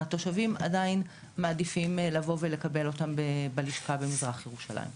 התושבים עדיין מעדיפים לבוא ולקבל אותם בלשכה במזרח ירושלים.